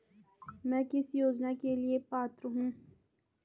मैं किस योजना के लिए पात्र हूँ?